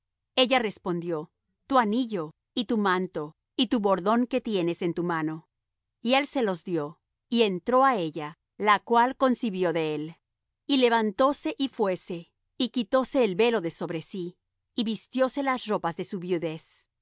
ella respondió tu anillo y tu manto y tu bordón que tienes en tu mano y él se los dió y entró á ella la cual concibió de él y levantóse y fuése y quitóse el velo de sobre sí y vistióse las ropas de su viudez